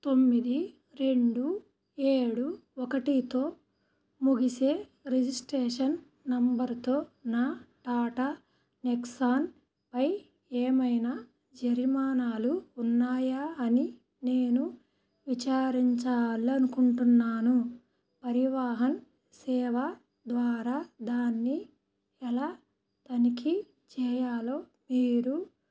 తొమ్మిది రెండు ఏడు ఒకటితో ముగిసే రిజిస్ట్రేషన్ నంబరుతో నా టాటా నెక్సాన్పై ఏమైనా జరిమానాలు ఉన్నాయా అని నేను విచారించాలి అనుకుంటున్నాను పరివాహన్ సేవ ద్వారా దాన్ని ఎలా తనిఖీ చేయాలో మీరు